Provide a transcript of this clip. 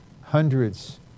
hundreds